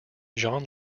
john